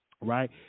right